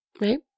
Right